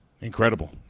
incredible